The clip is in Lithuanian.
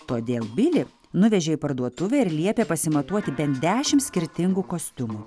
todėl bilį nuvežė į parduotuvę ir liepė pasimatuoti bent dešimt skirtingų kostiumų